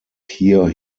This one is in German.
hier